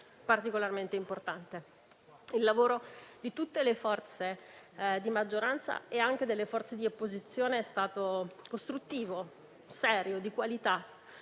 particolarmente importante. Il lavoro di tutte le forze di maggioranza e anche delle forze di opposizione è stato costruttivo, serio, di qualità.